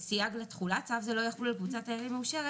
סייג לתחולה 2. צו זה לא יחול על קבוצת תיירים מאושרת